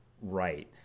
right